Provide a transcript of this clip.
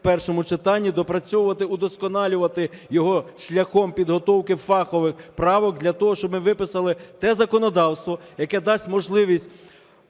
першому читанні, доопрацьовувати, удосконалювати його шляхом підготовки фахових правок для того, щоб ми виписали те законодавство, яке дасть можливість